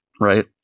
Right